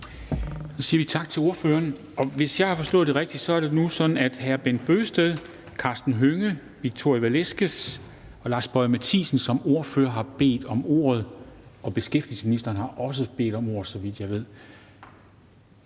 Så siger vi tak til ordføreren. Hvis jeg har forstået det rigtigt, er det nu sådan, at Bent Bøgsted, Karsten Hønge, Victoria Velasquez og Lars Boje Mathiesen har bedt om ordet som ordfører. Og beskæftigelsesministeren har også bedt om ordet, så vidt jeg ved.